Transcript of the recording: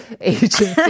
Agency